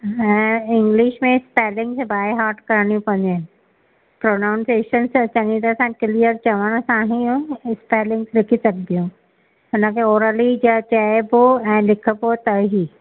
ऐं इंग्लिश में spelling by heart करिणी पवंदियूं आहिनि प्रनाउनसिएशन असांजी त क्लीयर चवण सां ई स्पैलिंग्स लिखी सघिबियूं हिनखे ओरली चइबो ऐं लिखिबो त ई